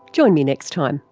join me next time.